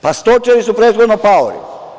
Pa stočari su prethodno paori.